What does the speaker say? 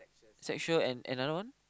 sexual and another one